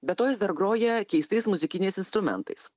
be to jis dar groja keistais muzikiniais instrumentais